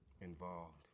involved